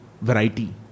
variety